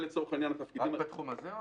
רק בתחום הזה,